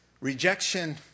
rejection